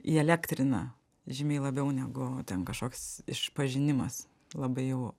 įelektrina žymiai labiau negu ten kažkoks išpažinimas labai jau